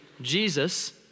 Jesus